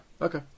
Okay